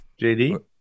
jd